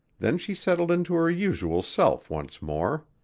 then she settled into her usual self once more.